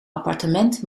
appartement